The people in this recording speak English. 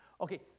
Okay